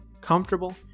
Comfortable